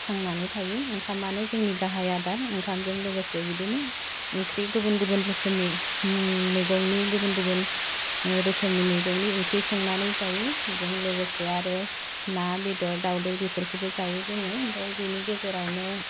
थांनानै थायो ओंखामानो जोंनि गाहाइ आदार ओंखामजों लोगोसे बिदिनो ओंख्रि गुबुन गुबुन रोखोमनि मैगंनि गुबुन गुबुन रोखोमनि मैगंनि ओंख्रि संनानै जायो बेजों लोगोसे आरो ना बेदर दावदै बेफोरखौबो जायो जोङो ओमफ्राय बिनि गेजेरावनो